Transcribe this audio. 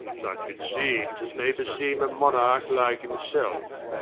such it seemes, as may beseeme a monarch like himselfe.